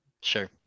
sure